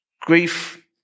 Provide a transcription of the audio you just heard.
Grief